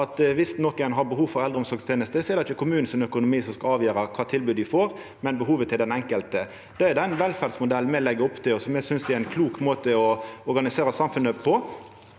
Viss nokon har behov for eldreomsorgstenester, er det ikkje økonomien til kommunen som skal avgjera kva tilbod ein får, men behovet til den enkelte. Det er den velferdsmodellen me legg opp til, og som me synest er ein klok måte å organisera samfunnet på.